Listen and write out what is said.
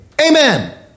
amen